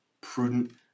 Prudent